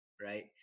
right